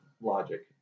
logic